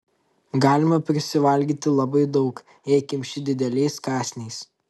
galima prisivalgyti labai daug jei kimši dideliais kąsniais